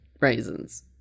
raisins